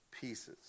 pieces